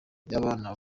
y’abana